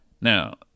Now